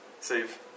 Save